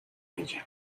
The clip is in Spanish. ella